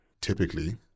typically